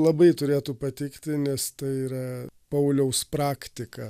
labai turėtų patikti nes tai yra pauliaus praktika